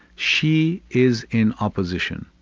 she is in opposition,